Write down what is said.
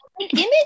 image